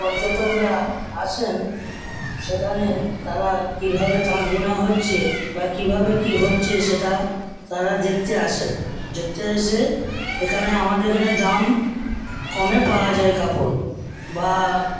পর্যটকরা আসেন সেখানে তারা কিভাবে তাঁত বোনা হচ্ছে বা কিভাবে কি হচ্ছে সেটা তারা দেখতে আসেন দেখতে এসে এখানে আমাদের এখানে দাম কমে পাওয়া যায় কাপড় বা